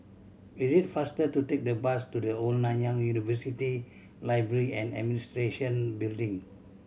is it faster to take the bus to The Old Nanyang University Library and Administration Building